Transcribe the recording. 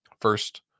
First